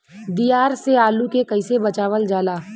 दियार से आलू के कइसे बचावल जाला?